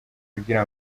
kugira